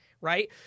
right